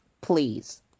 Please